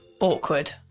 Awkward